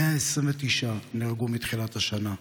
129 נהרגו מתחילת השנה.